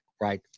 Right